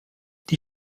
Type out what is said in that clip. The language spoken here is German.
die